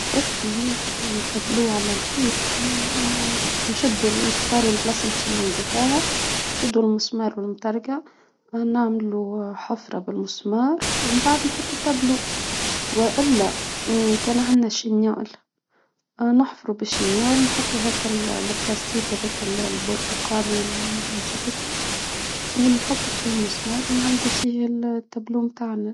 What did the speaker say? كيفاش باش نعلقوا التابلوه على الحيط؟ ما نشدوا نختاروا البلاصة بش نعلقوا فيها نشدوا المسمار والمطرقة، هنعملوا حفرة بالمسمار، ومن بعد نحط التابلو، وإلا إن كان عنا شينيال آ نحفروا بالشينال، ونحطوا هيك البلاستيك هذاك ال البرتقالي نسيت اسمه ونحطه فيها المسمار، ونعالجه فيه التابلو بتاعنا.